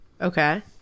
okay